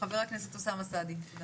חבר הכנסת אוסאמה סעדי.